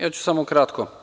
Ja ću samo kratko.